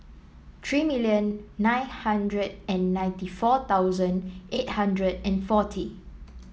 three million nine hundred and ninety four thousand eight hundred and forty